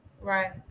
Right